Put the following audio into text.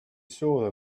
saw